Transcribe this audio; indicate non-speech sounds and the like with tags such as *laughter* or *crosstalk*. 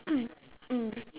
*coughs* mm